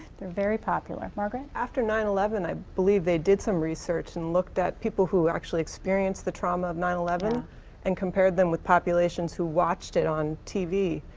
they're very popular. margaret? after nine eleven, i believe they did some research and looked at people who actually experienced the trauma of nine eleven and compared them with populations who watched it on t v.